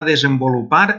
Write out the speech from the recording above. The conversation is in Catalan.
desenvolupar